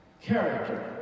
Character